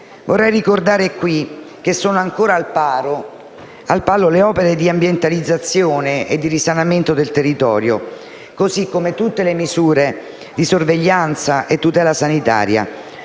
Vorrei ricordare in questa sede che sono ancora al palo le opere di ambientalizzazione e di risanamento del territorio, così come tutte le misure di sorveglianza e tutela sanitaria.